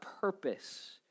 purpose